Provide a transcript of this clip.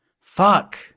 Fuck